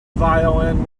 violin